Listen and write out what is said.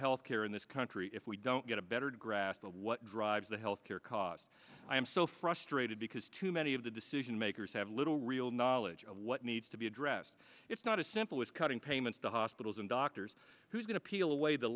health care in this country if we don't get a better grasp of what drives the health care cost i am so frustrated because too many of the decision makers have little real knowledge of what needs to be addressed it's not a simple with cutting payments to hospitals and doctors who's going to peel away the